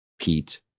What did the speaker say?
Pete